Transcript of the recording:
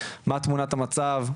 מהי תמונת המצב,